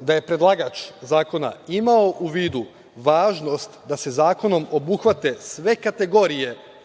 da je predlagač zakona imao u vidu važnost da se zakonom obuhvate sve kategorije